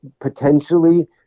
potentially